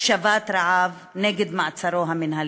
שבת רעב נגד מעצרו המינהלי: